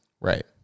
Right